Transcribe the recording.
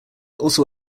also